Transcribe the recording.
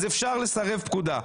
אז אפשר לסרב פקודה.